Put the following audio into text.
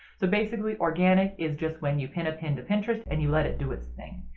so basically organic is just when you pin a pin to pinterest and you let it do its thing.